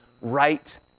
right